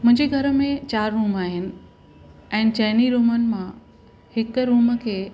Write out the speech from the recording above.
मुंहिंजे घरु में चारि रूम आहिनि ऐं न चेइनी रूमनि मां हिकु रूम खे